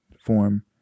form